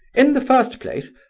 in the first place,